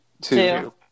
two